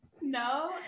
No